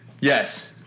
Yes